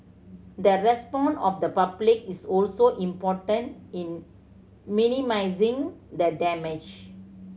the response of the public is also important in minimising the damage